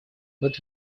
but